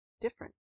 different